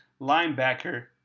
linebacker